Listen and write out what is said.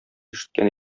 ишеткән